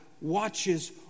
watches